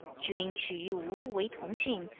jun qu yu wu wei tong xing,